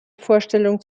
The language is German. vorstellung